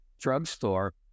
drugstore